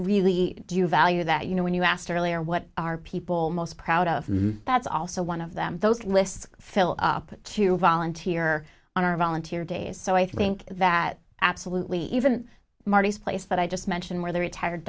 really do you value that you know when you asked earlier what are people most proud of you that's also one of them those lists fill up to volunteer on our volunteer days so i think that absolutely even marty's place that i just mentioned where the retired